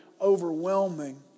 overwhelming